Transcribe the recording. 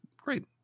great